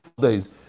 days